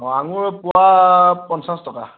আঙুৰৰ পোৱা পঞ্চাছ টকা